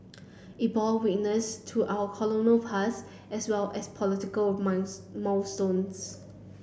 it bore witness to our colonial past as well as political of month milestones